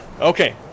Okay